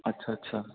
ਅੱਛਾ ਅੱਛਾ